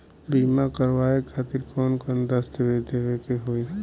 बीमा करवाए खातिर कौन कौन दस्तावेज़ देवे के होई?